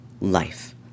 Life